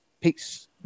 Peace